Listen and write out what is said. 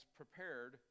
prepared